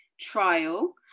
trial